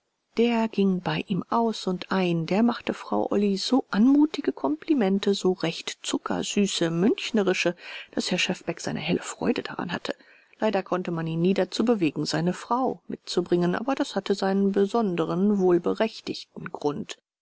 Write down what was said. der ging bei ihm aus und ein der machte frau olly so anmutige komplimente so recht zuckersüße münchnerische daß herr schefbeck seine helle freude dran hatte leider konnte man ihn nie dazu bewegen seine frau mitzubringen aber das hatte seinen besonderen wohlberechtigten grund